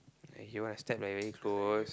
he want to step like he very close